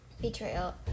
betrayal